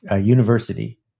university